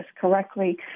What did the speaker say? correctly